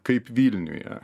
kaip vilniuje